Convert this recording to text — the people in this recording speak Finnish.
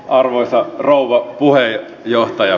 arvoisa rouva puhemies